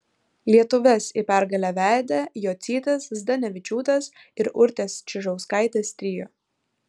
lietuves į pergalę vedė jocytės zdanevičiūtės ir urtės čižauskaitės trio